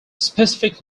specific